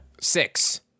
six